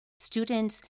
Students